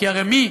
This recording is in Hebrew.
כי הרי מי